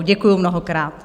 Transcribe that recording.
Děkuji mnohokrát.